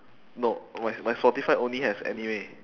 no my my spotify only has anime